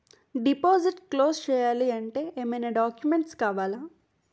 Deposit close చేయాలి అంటే ఏమైనా డాక్యుమెంట్స్ కావాలా?